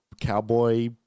cowboy